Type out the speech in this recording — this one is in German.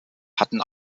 hatten